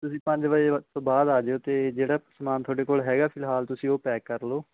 ਤੁਸੀਂ ਪੰਜ ਵਜੇ ਤੋਂ ਬਾਅਦ ਆ ਜਾਇਓ ਅਤੇ ਜਿਹੜਾ ਸਮਾਨ ਤੁਹਾਡੇ ਕੋਲ ਹੈਗਾ ਫਿਲਹਾਲ ਤੁਸੀਂ ਉਹ ਪੈਕ ਕਰ ਲਓ